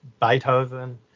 Beethoven